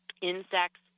insects